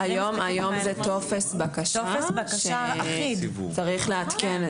היום זה טופס בקשה שצריך לעדכן.